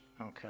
Okay